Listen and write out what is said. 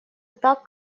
так